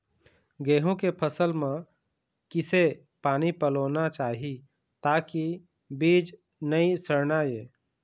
गेहूं के फसल म किसे पानी पलोना चाही ताकि बीज नई सड़ना ये?